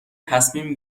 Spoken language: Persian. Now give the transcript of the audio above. تصمیم